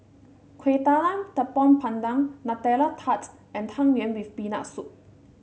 Kueh Talam Tepong Pandan Nutella Tarts and Tang Yuen with Peanut Soup